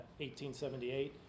1878